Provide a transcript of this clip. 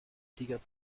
tiger